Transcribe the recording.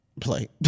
play